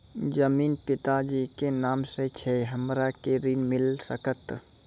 जमीन पिता जी के नाम से छै हमरा के ऋण मिल सकत?